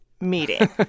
meeting